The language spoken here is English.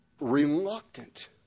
reluctant